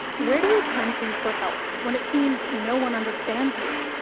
where do you turn to for help when it seems no one understands you?